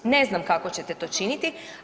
Ne znam kako ćete to činiti.